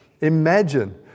Imagine